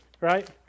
right